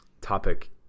topic